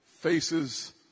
faces